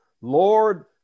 Lord